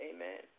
Amen